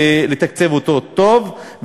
ולתקצב אותו טוב,